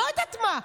לא יודעת מה.